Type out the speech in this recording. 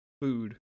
food